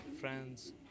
friends